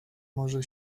może